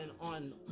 on